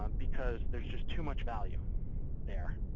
um because there's just too much value there.